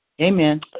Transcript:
Amen